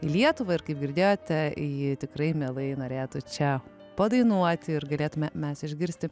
į lietuva ir kaip girdėjote ji tikrai mielai norėtų čia padainuoti ir galėtume mes išgirsti